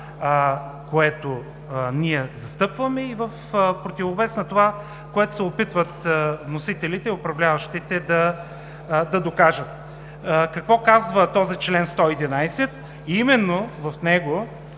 което ние застъпваме, и в противовес на това, което се опитват вносителите и управляващите да докажат. Какво казва чл. 111? Именно в него,